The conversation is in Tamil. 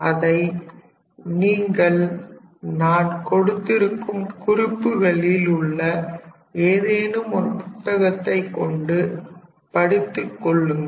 அதை நீங்கள் நான் கொடுத்திருக்கும் குறிப்புகளில் உள்ள ஏதேனும் ஒரு புத்தகத்தை கொண்டு படித்து கொள்ளுங்கள்